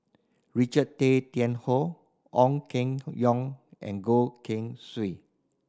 Richard Tay Tian Hoe Ong Keng Yong and Goh Keng Swee